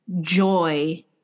joy